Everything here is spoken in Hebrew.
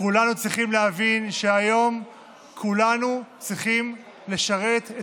כולנו צריכים להבין שהיום כולנו צריכים לשרת את